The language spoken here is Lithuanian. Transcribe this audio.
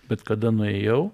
bet kada nuėjau